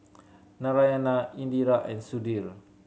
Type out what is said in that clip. Narayana Indira and Sudhir